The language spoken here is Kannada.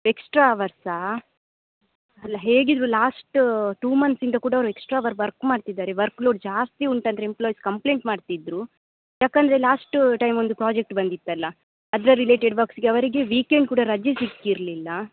ಎಕ್ಸ್ಟ್ರಾ ಅವರ್ಸಾ ಅಲ್ಲ ಹೇಗಿದ್ದರೂ ಲಾಸ್ಟ್ ಟು ಮಂತ್ಸಿಂದ ಕೂಡ ಅವ್ರು ಎಕ್ಸ್ಟ್ರಾ ಅವರ್ ವರ್ಕ್ ಮಾಡ್ತಿದ್ದಾರೆ ವರ್ಕ್ ಲೋಡ್ ಜಾಸ್ತಿ ಉಂಟಂತ್ ಎಂಪ್ಲಾಯಿಸ್ ಕಂಪ್ಲೇಂಟ್ ಮಾಡ್ತಿದ್ದರು ಯಾಕಂದರೆ ಲಾಸ್ಟು ಟೈಮ್ ಒಂದು ಪ್ರಾಜೆಕ್ಟ್ ಬಂದಿತ್ತಲ್ಲ ಅದರ ರಿಲೇಟೆಡ್ ವಕ್ಸ್ಗೆ ಅವರಿಗೆ ವೀಕೆಂಡ್ ಕೂಡ ರಜೆ ಸಿಕ್ಕಿರಲಿಲ್ಲ